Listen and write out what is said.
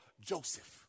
Joseph